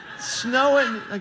Snowing